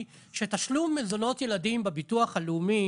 שתשלום מזונות ילדים בביטוח הלאומי